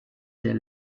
der